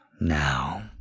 Now